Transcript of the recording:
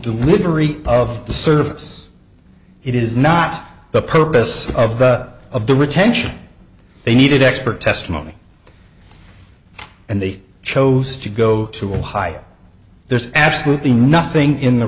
delivery of the service it is not the purpose of the of the retention they needed expert testimony and they chose to go to a high there's absolutely nothing in the